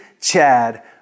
Chad